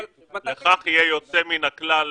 לכך יהיה יצא מן הכלל,